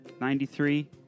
Ninety-three